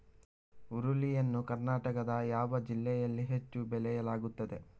ಹುರುಳಿ ಯನ್ನು ಕರ್ನಾಟಕದ ಯಾವ ಜಿಲ್ಲೆಯಲ್ಲಿ ಹೆಚ್ಚು ಬೆಳೆಯಲಾಗುತ್ತದೆ?